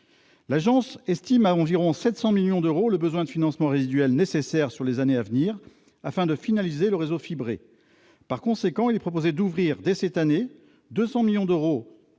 L'Agence estime à environ 700 millions d'euros le besoin de financement résiduel nécessaire sur les années à venir afin de finaliser le réseau fibré. Par conséquent, il est proposé d'ouvrir dès cette année 200 millions d'euros